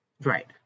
right